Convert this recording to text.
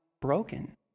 broken